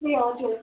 ए हजुर